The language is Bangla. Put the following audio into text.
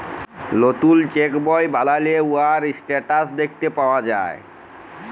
লতুল চ্যাক বই বালালে উয়ার ইসট্যাটাস দ্যাখতে পাউয়া যায়